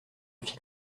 fit